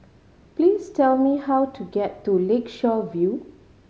please tell me how to get to Lakeshore View